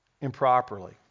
improperly